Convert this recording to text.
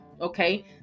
okay